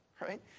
right